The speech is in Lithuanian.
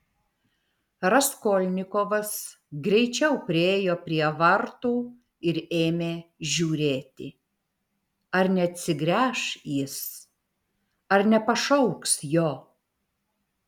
raskolnikovas greičiau priėjo prie vartų ir ėmė žiūrėti ar neatsigręš jis ar nepašauks jo